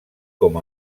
com